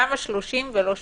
למה 30 ולא 80?